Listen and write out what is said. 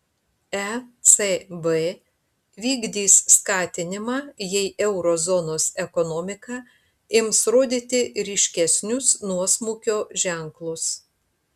ecb vykdys skatinimą jei euro zonos ekonomika ims rodyti ryškesnius nuosmukio ženklus